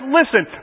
listen